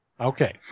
Okay